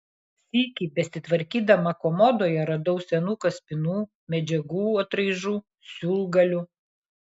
sykį besitvarkydama komodoje radau senų kaspinų medžiagų atraižų siūlgalių